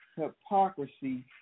hypocrisy